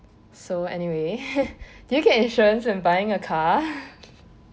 so anyway did you get insurance when buying a car